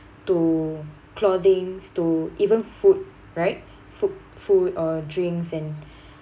to clothings to even food right food food or drinks and